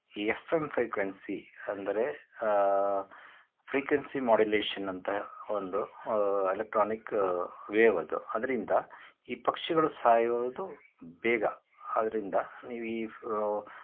ಈ F M frequency ಅಂದರೆ frequency modulation ಅಂತ ಒಂದು ಎಲೆಕ್ಟ್ರಾನಿಕ್ ವೇವ್ ಅದು ಅದರಿಂದ ಈ ಪಕ್ಷಿಗಳು ಸಾಯುವುದು ಬೇಗ ಆದರಿಂದ ನೀವು ಈ ಫ್